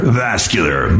vascular